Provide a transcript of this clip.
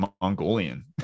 mongolian